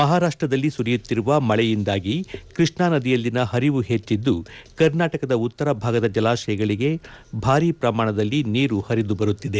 ಮಹಾರಾಷ್ಟ ದಲ್ಲಿ ಸುರಿಯುತ್ತಿರುವ ಮಳೆಯಿಂದಾಗಿ ಕೃಷ್ಣಾ ನದಿಯಲ್ಲಿನ ಹರಿವು ಹೆಚ್ಚಿದ್ದು ಕರ್ನಾಟಕದ ಉತ್ತರ ಭಾಗದ ಜಲಾಶಯಗಳಿಗೆ ಭಾರೀ ಪ್ರಮಾಣದಲ್ಲಿ ನೀರು ಹರಿದುಬರುತ್ತಿದೆ